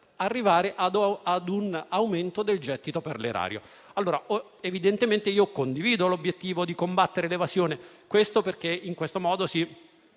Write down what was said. arrivare a un aumento del gettito per l'erario. Evidentemente condivido l'obiettivo di combattere l'evasione, perché in questo modo si